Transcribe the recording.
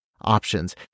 options